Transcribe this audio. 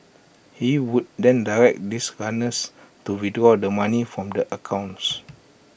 he would then direct this runners to withdraw all the money from the accounts